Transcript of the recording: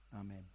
Amen